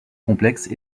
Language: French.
complexes